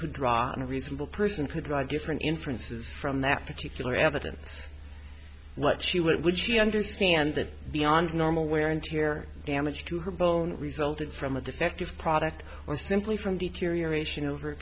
could draw a reasonable person to drive different inferences from that particular evidence what she would she understand that beyond normal wear and tear damage to her bone resulted from a defective product or simply from deterioration over a